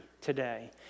today